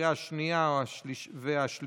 לקריאה השנייה והשלישית.